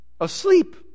asleep